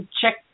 check